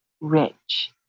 rich